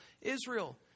Israel